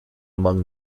among